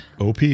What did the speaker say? OP